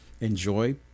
enjoy